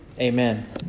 Amen